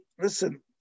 listen